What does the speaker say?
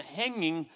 hanging